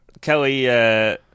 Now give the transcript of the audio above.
Kelly